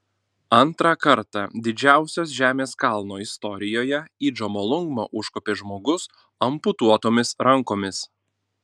antrą kartą didžiausios žemės kalno istorijoje į džomolungmą užkopė žmogus amputuotomis rankomis